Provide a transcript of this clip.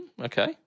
Okay